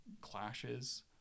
clashes